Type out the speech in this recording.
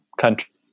country